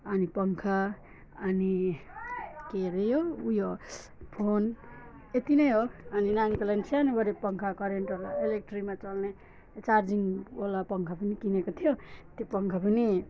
अनि पङ्खा अनि के अरे यो ऊ यो फोन त्यति नै हो अनि नानीको लागि नि सानो गरेर पङ्खा करेन्ट अब इलेक्ट्रिकमा चल्ने चार्जिङवाला पङ्खा पनि किनेको थियो त्यही पङ्खा पनि